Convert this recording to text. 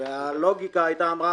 והלוגיקה אמרה,